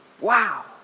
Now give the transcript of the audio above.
Wow